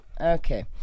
okay